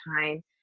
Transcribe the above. time